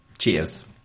Cheers